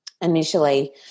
initially